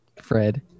Fred